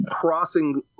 crossing